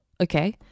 Okay